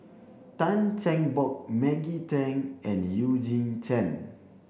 Tan Cheng Bock Maggie Teng and Eugene Chen